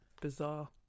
bizarre